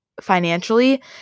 financially